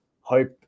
hope